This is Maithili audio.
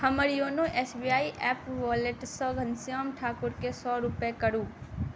हमर YONO S B I app वॉलेटसँ घनश्याम ठाकुरकेँ सए रूपैआ करू